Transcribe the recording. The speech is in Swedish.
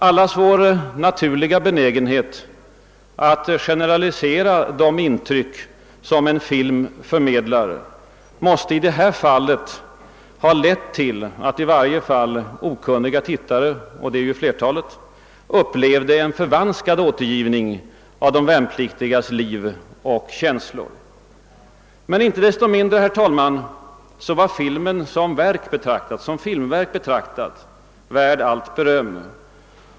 Allas vår naturliga benägenhet att generalisera de intryck som en film förmedlar måste i detta fall ha lett till att åtminstone okunniga tittare — och det är flertalet — upplevde en förvanskad återgivning av de värnpliktigas liv och känslor. Inte desto mindre, herr talman, var filmen som filmverk betraktat värd allt beröm.